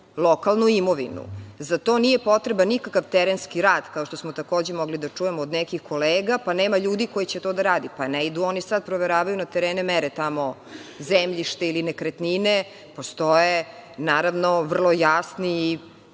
lokalnu imovinu. Za to nije potreban nikakav terenski rad, kao što smo mogli takođe da čujemo od nekih kolega, pa nema ljudi koji će to da rade, ne idu sad na terene da mere tamo zemljište ili nekretnine. Postoje, naravno, vrlo jasni